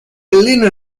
allena